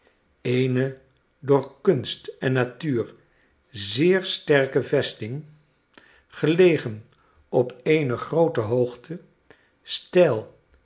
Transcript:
eene door kunst en natuur zeer sterke vesting gelegen op eene groote hoogte steil